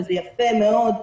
וזה יפה מאוד,